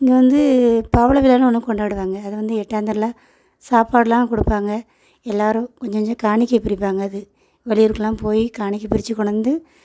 இங்கே வந்து பவள விழான்னு ஒன்று கொண்டாடுவாங்க அதை வந்து எட்டாந்தரில் சாப்பாடெலாம் கொடுப்பாங்க எல்லாேரும் கொஞ்சம் கொஞ்சம் காணிக்கை பிரிப்பாங்க அது வெளியூருக்கெல்லாம் போய் காணிக்கை பிரித்து கொணாந்து